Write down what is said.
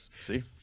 See